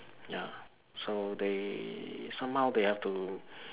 ya so they somehow they have to